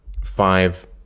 five